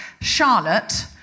Charlotte